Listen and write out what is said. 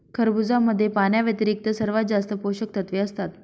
खरबुजामध्ये पाण्याव्यतिरिक्त सर्वात जास्त पोषकतत्वे असतात